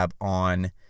on